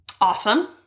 awesome